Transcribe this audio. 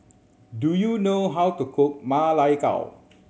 do you know how to cook Ma Lai Gao